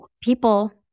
people